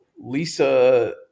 Lisa